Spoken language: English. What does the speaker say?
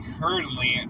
currently